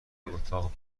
اتاق